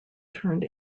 turned